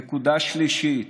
נקודה שלישית,